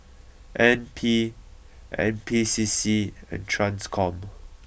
N P N P C C and Transcom